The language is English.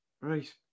Right